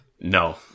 no